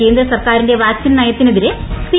കേന്ദ്ര സർക്കാരിന്റെ വാക്സിൻ നയത്തിനെതിരെ സി